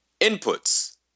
Inputs